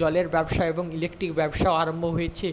জলের ব্যবসা এবং ইলেকট্রিক ব্যবসা আরম্ভ হয়েছে